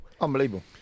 Unbelievable